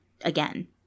again